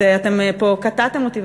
אתם פה קטעתם אותי.